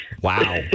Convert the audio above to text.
Wow